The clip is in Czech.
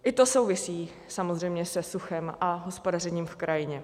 I to souvisí samozřejmě se suchem a hospodařením v krajině.